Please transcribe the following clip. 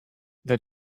that